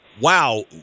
wow